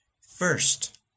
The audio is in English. first